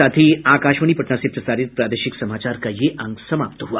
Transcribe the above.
इसके साथ ही आकाशवाणी पटना से प्रसारित प्रादेशिक समाचार का ये अंक समाप्त हुआ